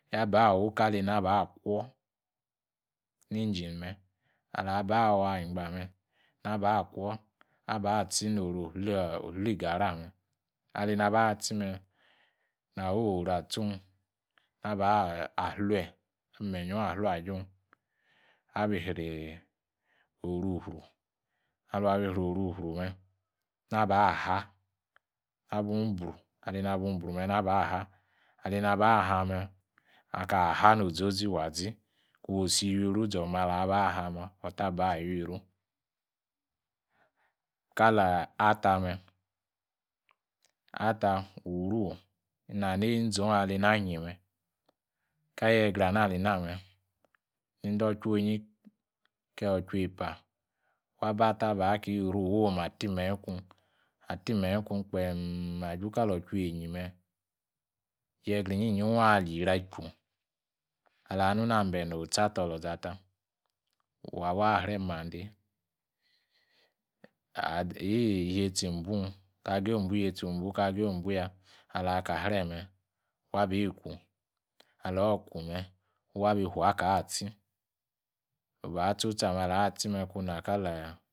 Na ba'awa ‘ nikali naba kwor ni engine me. Anaba’ wey gbame. naba kwor naba tsi noru u- gari ame anɛba tsime. naba tsi noru li- gari ame anɛba tsime. na woru atsun naba flare. awu meiyio aflare ajun abi ri oru'fru. Aiun abi ri oru fru naba haa, abun ibru anabun ibru me. naba haa’ kena haa’ nozozi wa zi, kun si wiru zorme alaa'haa'me ‘Waba ‘awi- yiru. kale ata me, wuru inaneziown ana nyime kali yegra na aliname; yende. otwa onyi ke otua epa wa ba atar awa kabiru awa ati miyin ikun, ati miyin ikun’ kpee'm aju kali otua eyin me'yegra inyinyin wa ali yiri ichu alwa- nuni ambel otsi- atar olorzata. waba areh’mande wa ww iyetsi ibun ka geyi obunga awa reme, wabiku, ala'kume wabitu wakaa’ tsi, oba tso tsi ame. kunla kale. ’